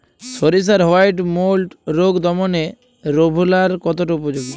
সরিষার white mould রোগ দমনে রোভরাল কতটা উপযোগী?